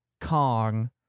Kong